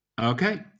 Okay